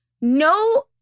No